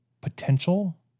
potential